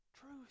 Truth